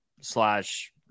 slash